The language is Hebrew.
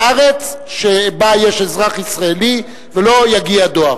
אין נקודה בארץ שבה יש אזרח ישראלי ולא יגיע דואר.